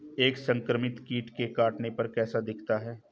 एक संक्रमित कीट के काटने पर कैसा दिखता है?